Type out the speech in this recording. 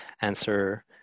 answer